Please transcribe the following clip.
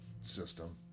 system